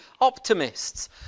optimists